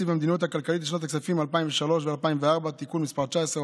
והמדיניות הכלכלית לשנות הכספים 2003 ו-2004) (תיקון מס' 19,